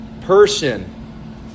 person